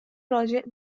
راجع